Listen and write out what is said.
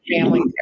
family